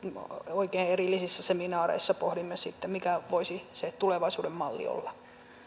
oikein erillisissä seminaareissa pohdimme sitten mikä voisi se tulevaisuuden malli olla